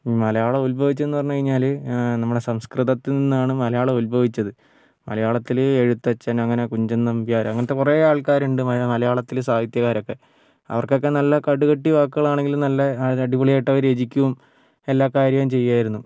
മലയാളം ഉത്ഭവിച്ചതെന്ന് പറഞ്ഞു കഴിഞ്ഞാൽ നമ്മുടെ സംസ്കൃതത്തിൽ നിന്നാണ് മലയാളം ഉത്ഭവിച്ചത് മലയാളത്തിൽ എഴുത്തച്ഛൻ അങ്ങനെ കുഞ്ചൻനമ്പ്യാർ അങ്ങനത്തെ കുറേ ആൾക്കാറുണ്ട് മലയാളത്തിലെ സാഹിത്യകാരൊക്കെ അവർക്കൊക്കെ നല്ല കടുകട്ടി വാക്കുകളാണെങ്കിലും നല്ല അടിപൊളിയായിട്ട് അവർ രചിക്കും എല്ലാ കാര്യവും ചെയ്യുമായിരുന്നു